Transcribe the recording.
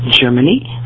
Germany